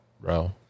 bro